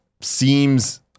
seems